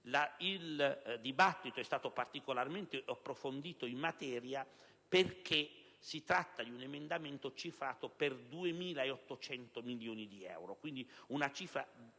Il dibattito è stato particolarmente approfondito in materia, perché si tratta di un emendamento cifrato per 2.800 milioni di euro, quindi una cifra